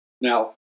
Now